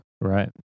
Right